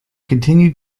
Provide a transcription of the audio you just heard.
continued